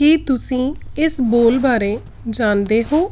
ਕੀ ਤੁਸੀਂ ਇਸ ਬੋਲ ਬਾਰੇ ਜਾਣਦੇ ਹੋ